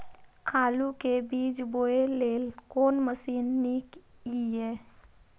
आलु के बीज बोय लेल कोन मशीन नीक ईय?